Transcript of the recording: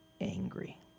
angry